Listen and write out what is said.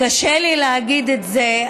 קשה לי להגיד את זה,